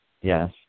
Yes